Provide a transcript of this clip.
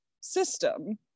system